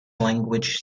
language